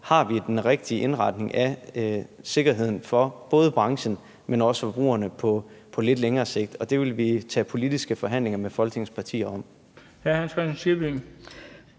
har den rigtige indretning af sikkerheden for både branchen og forbrugerne på lidt længere sigt. Det vil vi tage politiske forhandlinger med Folketingets partier om. Kl. 16:51 Den fg.